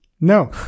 No